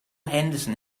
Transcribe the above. henderson